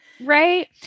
Right